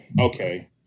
Okay